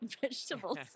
vegetables